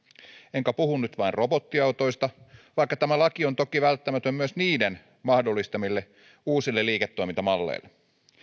enkä puhu nyt vain robottiautoista vaikka tämä laki on toki välttämätön myös niiden mahdollistamille uusille liiketoimintamalleille